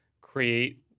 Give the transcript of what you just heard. create